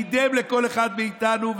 קידם לכל אחד מאיתנו.